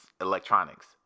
electronics